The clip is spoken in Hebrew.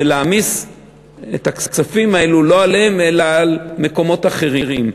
ולהעמיס את הכספים האלה לא עליהם אלא על מקומות אחרים.